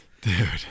Dude